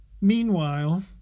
Meanwhile